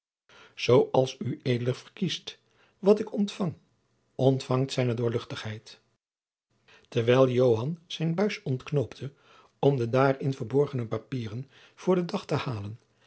als ued verkiest wat ik ontfang ontfangt zijne doorluchtigheid terwijl joan zijn buis ontknoopte om de daarin verborgene papieren voor den dag te halen